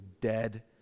dead